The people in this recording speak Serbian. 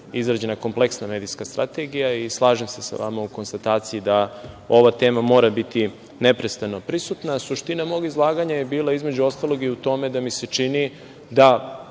izrađena kompleksna medijska strategija i slažem se sa vama u konstataciji da ova tema mora biti neprestano prisutna. Suština mog izlaganje je bila, između ostalog, i u tome da mi se čini da